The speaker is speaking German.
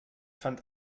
fand